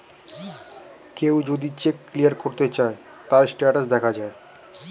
কেউ যদি check clear করতে চায়, তার স্টেটাস দেখা যায়